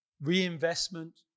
reinvestment